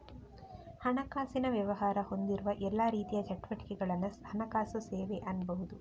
ಹಣಕಾಸಿನ ವ್ಯವಹಾರ ಹೊಂದಿರುವ ಎಲ್ಲಾ ರೀತಿಯ ಚಟುವಟಿಕೆಗಳನ್ನ ಹಣಕಾಸು ಸೇವೆ ಅನ್ಬಹುದು